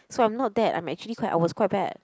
so I'm not that I'm actually quite I was quite bad